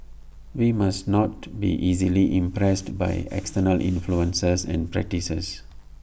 we must not be easily impressed by external influences and practices